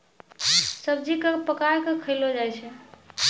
सब्जी क पकाय कॅ खयलो जाय छै